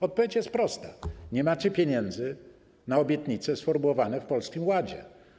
Odpowiedź jest prosta: nie macie pieniędzy na obietnice sformułowane w Polskim Ładzie.